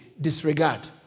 disregard